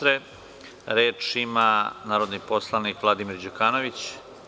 Reč ima narodni poslanik Vladimir Đukanović.